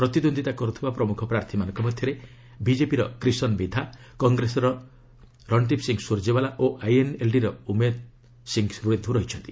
ପ୍ରତିଦ୍ୱନ୍ଦ୍ୱିତା କରୁଥିବା ପ୍ରମୁଖ ପ୍ରାର୍ଥୀମାନଙ୍କ ମଧ୍ୟରେ ବିଜେପିର କ୍ରିଷନ ମିଧା କଂଗ୍ରେସର ରଣବୀର ସିଂ ସ୍ୱର୍ଯ୍ୟଞ୍ଚାଲା ଓ ଆଇଏନ୍ଏଲ୍ଡିର ଉମେଦ୍ ସିଂ ରେଧ୍ର ଅଛନ୍ତି